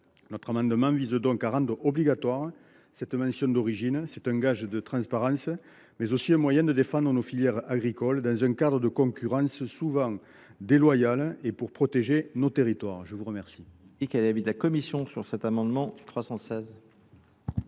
Notre amendement vise donc à rendre obligatoire cette mention d’origine. Ce gage de transparence est aussi un moyen de défendre nos filières agricoles, dans le cadre d’une concurrence souvent déloyale, et de protéger nos territoires. Dans une